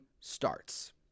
starts